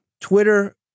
Twitter